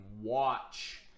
watch